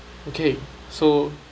okay so